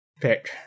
pick